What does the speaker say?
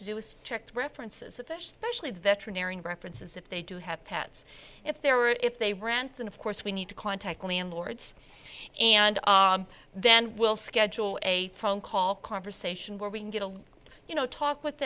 to do is check the preferences of fish specially the veterinarian references if they do have pets if there are if they rant then of course we need to contact landlords and then we'll schedule a phone call conversation where we can get a you know talk with